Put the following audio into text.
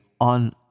on